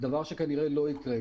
דבר שכנראה לא יקרה.